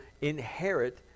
inherit